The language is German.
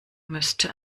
müsste